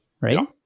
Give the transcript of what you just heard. right